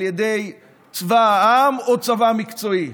על ידי צבא העם או צבא מקצועי.